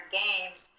games